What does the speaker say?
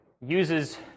uses